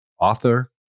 author